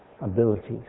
abilities